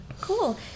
Cool